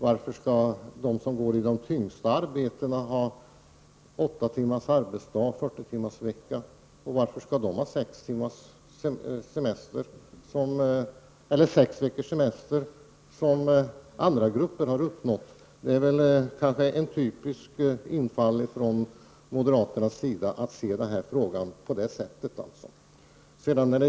Varför skall de som har de tyngsta arbetena ha åtta timmars arbetsdag och 40 timmars arbetsvecka och varför skall de ha sex veckors semester, som andra grupper har uppnått? Det är kanske en typisk infallsvinkel för moderaterna att se den här frågan på det sättet.